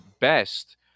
best